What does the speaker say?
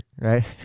right